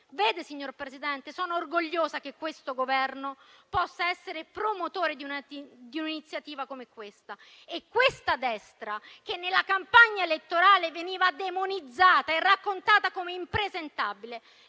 Vede, signor Presidente, sono orgogliosa che questo Governo possa essere promotore di un'iniziativa come questa. E questa destra, che nella campagna elettorale veniva demonizzata e raccontata come impresentabile,